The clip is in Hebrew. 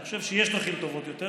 אני חושב שיש דרכים טובות יותר.